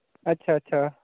अच्छा अच्छा